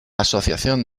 asociación